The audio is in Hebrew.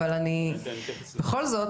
אבל בכל זאת,